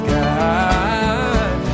God